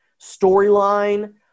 storyline